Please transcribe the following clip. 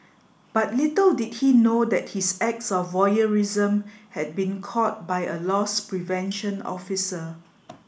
but little did he know that his acts of voyeurism had been caught by a loss prevention officer